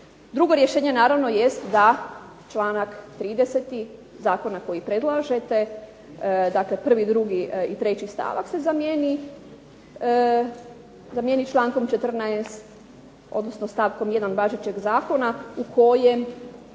Drugo rješenja naravno jest da članak 30. zakona koji predlažete, dakle prvi, drugi i treći stavak se zamijeni člankom 14. odnosno stavkom 1. važećeg zakona u kojem